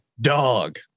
Dog